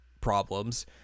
problems